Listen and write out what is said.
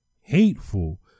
hateful